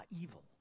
evil